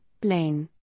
Blaine